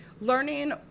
Learning